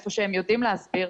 איפה שהם יודעים להסביר,